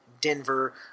Denver